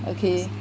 okay